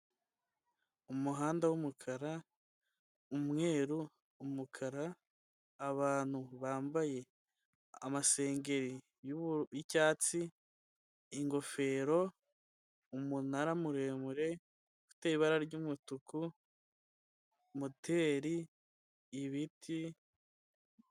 Umuhanda w'umukara, umweru umukara, abantu bambaye amasengeri y'icyatsi ingofero umunara muremure ufite ibara ry'umutuku moteri ibiti.